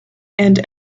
and